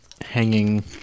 hanging